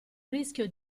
rischio